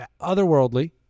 otherworldly